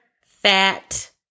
fat